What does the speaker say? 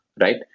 right